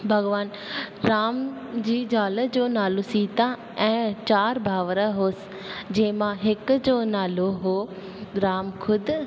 भॻवानु राम जी ज़ाल जो नालो सीता ऐं चारि भाउर हुअसि जंहिंमां हिक जो नालो हुओ राम ख़ुदि